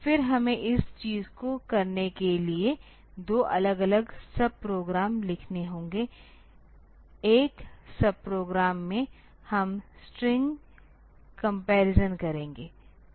फिर हमें इस चीज़ को करने के लिए दो अलग अलग सब प्रोग्राम लिखने होंगे एक सब प्रोग्राम में हम स्ट्रिंग कंपरीसन करेंगे